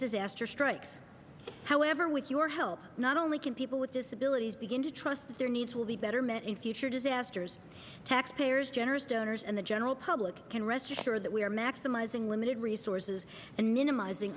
disaster strikes however with your help not only can people with disabilities begin to trust their needs will be better met a future disasters taxpayers generous owners and the general public can rest assured that we are maximizing limited resources and minimizing